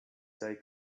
stay